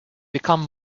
become